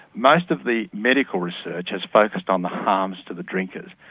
most of the medical research has focused on the harms to the drinkers.